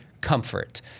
comfort